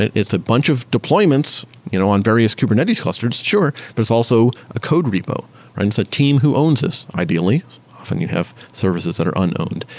it's a bunch of deployments you know on various kubernetes cluster, sure, but it's also a code repo, right? it's a team who owns this ideally often, you'd have services that are un-owned.